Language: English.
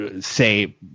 say